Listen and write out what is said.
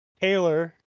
Taylor